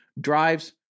drives